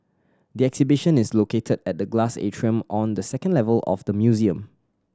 the exhibition is located at the glass atrium on the second level of the museum